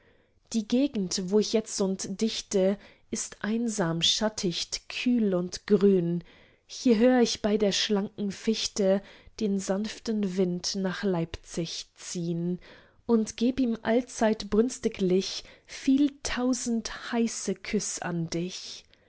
die gegend wo ich jetzund dichte ist einsam schatticht kühl und grün hier hör ich bei der schlanken fichte den sanften wind nach leipzig ziehn und geb ihm allzeit brünstiglich viel tausend heiße küss an dich